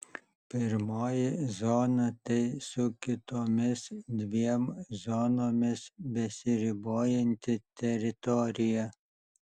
pirmoji zona tai su kitomis dviem zonomis besiribojanti teritorija